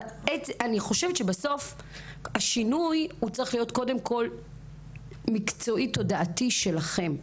אבל אני חושבת שבסוף השינוי הוא צריך להיות קודם כל מקצועי-תודעתי שלכם.